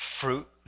Fruit